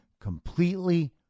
completely